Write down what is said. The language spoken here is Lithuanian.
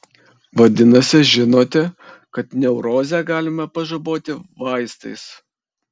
vadinasi žinote kad neurozę galima pažaboti vaistais